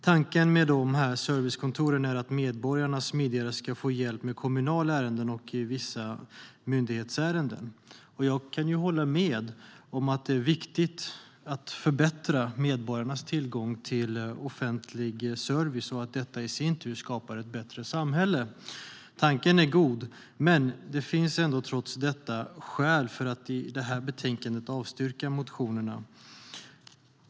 Tanken med servicekontoren är att medborgarna smidigare ska få hjälp med kommunala ärenden och vissa myndighetsärenden. Jag kan hålla med om att det är viktigt att förbättra medborgarnas tillgång till offentlig service och att detta i sin tur skapar ett bättre samhälle. Tanken är god, men det finns trots detta skäl att i betänkandet avstyrka motionerna.